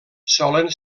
solen